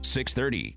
630